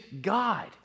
God